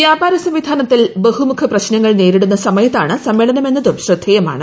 വ്യാപാര സംവിധാനത്തിൽ ബഹുമുഖ പ്രശ്നങ്ങൾ നേരിടുന്ന സമയത്താണ് സമ്മേളനം എന്നതും ശ്രദ്ധേയമാണ്